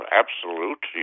absolute